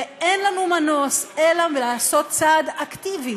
ואין לנו מנוס אלא לעשות צעד אקטיבי,